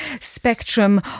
spectrum